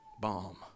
bomb